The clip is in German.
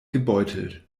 gebeutelt